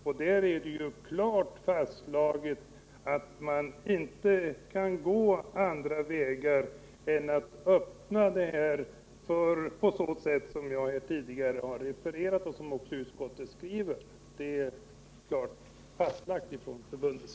Där är det från förbundets sida klart fastslaget att man inte kan gå andra vägar än dem som jag tidigare refererat och som också utskottet förordar.